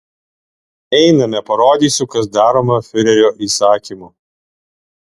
einame parodysiu kas daroma fiurerio įsakymu